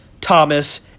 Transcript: Thomas